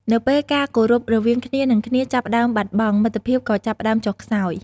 នៅពេលការគោរពរវាងគ្នានឹងគ្នាចាប់ផ្ដើមបាត់បង់ មិត្តភាពក៏ចាប់ផ្ដើមចុះខ្សោយ។